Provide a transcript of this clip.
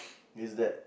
is that